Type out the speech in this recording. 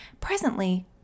Presently